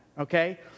okay